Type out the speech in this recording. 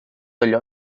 allò